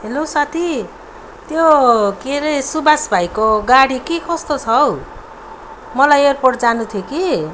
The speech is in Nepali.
हेलो साथी त्यो के अरे सुबास भाइको गाडी के कस्तो छ हौ मलाई एयरपोर्ट जानु थियो कि